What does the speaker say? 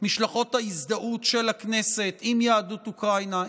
ההזדהות של הכנסת עם יהדות אוקראינה,